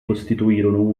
costituirono